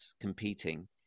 competing